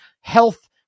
health